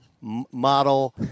model